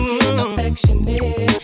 affectionate